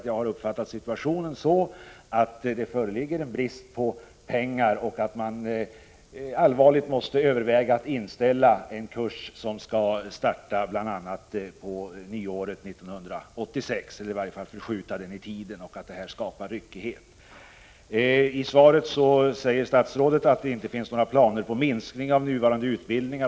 Jag har uppfattat situationen så, att det föreligger brist på pengar och att man allvarligt måste överväga att inställa eller i tiden förskjuta en kurs som skulle starta på nyåret 1986. Detta skapar ryckighet. I svaret säger statsrådet att det inte finns några planer på att minska nuvarande utbildningar.